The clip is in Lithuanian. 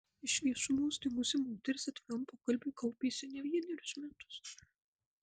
iš viešumos dingusi moteris atviram pokalbiui kaupėsi ne vienerius metus